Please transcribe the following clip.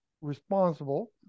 responsible